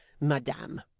Madame